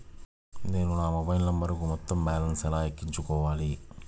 నేను నా మొబైల్ నంబరుకు మొత్తం బాలన్స్ ను ఎలా ఎక్కించుకోవాలి?